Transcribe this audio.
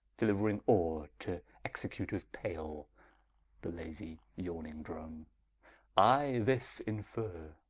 deliuering ore to executors pale the lazie yawning drone i this inferre,